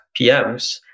PMs